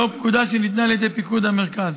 לאור פקודה שניתנה על ידי פיקוד המרכז.